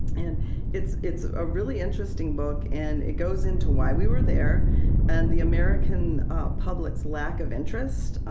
and it's it's a really interesting book. and it goes into why we were there and the american public's lack of interest.